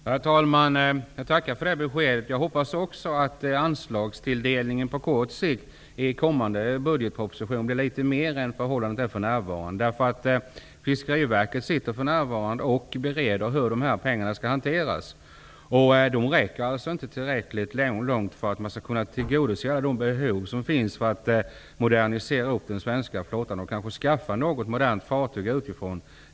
Herr talman! Jag tackar för det beskedet. Jag hoppas också att anslagstilldelningen på kort sikt, i kommande budgetproposition, blir litet mer än för närvarande. Fiskeriverket sitter nu och bereder hur pengarna skall hanteras. De räcker inte för att man skall kunna tillgodose alla de behov som finns. De räcker inte till att modernisera den svenska flottan och kanske skaffa något modernt fartyg utifrån.